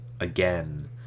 again